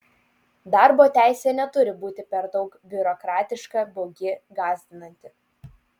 darbo teisė neturi būti per daug biurokratiška baugi gąsdinanti